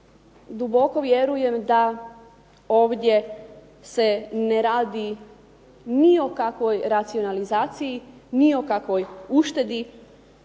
duboko vjerujem da ovdje se ne radi ni o kakvoj racionalizaciji, ni o kakvoj uštedi